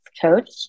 coach